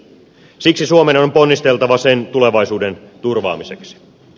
siksi suomen on ponnisteltava sen tulevaisuuden turvaamiseksi